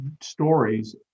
stories